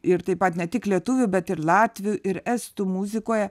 ir taip pat ne tik lietuvių bet ir latvių ir estų muzikoje